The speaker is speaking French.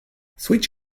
switch